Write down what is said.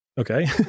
Okay